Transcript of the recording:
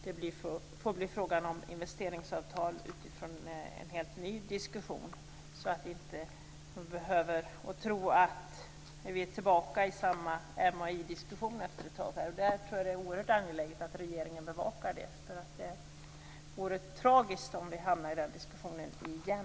Det får bli fråga om investeringsavtal utifrån en helt ny diskussion så att ingen behöver tro att vi är tillbaka i samma MAI-diskussion efter ett tag. Där tror jag att det är oerhört angeläget att regeringen bevakar. Det vore tragiskt om vi hamnade i den diskussionen igen.